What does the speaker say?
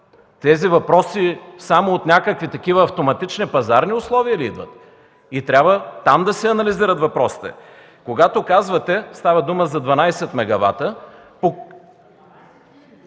Тези въпроси само от някакви такива автоматични пазарни условия ли идват? Трябва там да се анализират въпросите. Когато казвате, става дума за 12 мегавата...